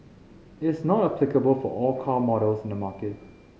it's not applicable for all car models in the market